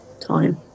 time